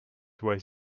weighs